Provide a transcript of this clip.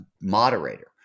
moderator